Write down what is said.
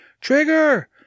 Trigger